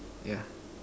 yeah